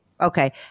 Okay